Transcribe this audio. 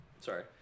sorry